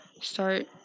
start